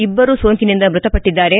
ಇಬ್ಬರು ಸೋಂಕಿನಿಂದ ಮೃತಪಟ್ಟಿದ್ದಾರೆ